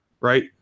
right